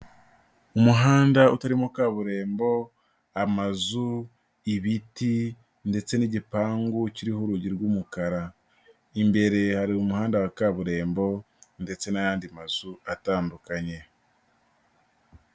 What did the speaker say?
Umuhanda utarimo kaburimbo, amazu, ibiti ndetse n'igipangu kiriho urugi rw'umukara. Imbere hari umuhanda wa kaburimbo ndetse n'ayandi mazu atandukanye.